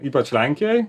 ypač lenkijoj